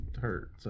hurt